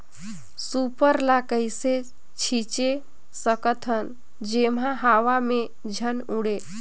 Super ल कइसे छीचे सकथन जेमा हवा मे झन उड़े?